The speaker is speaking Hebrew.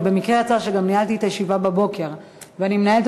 במקרה יצא שניהלתי את הישיבה בבוקר ואני מנהלת